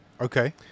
okay